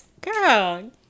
Girl